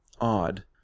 odd